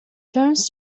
turns